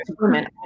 women